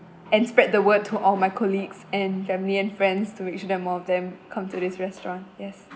and spread the word to all my colleagues and family and friends to each them all of them come to this restaurant yes